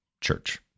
church